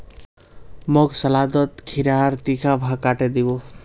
मोक सलादत खीरार तीखा भाग काटे दी बो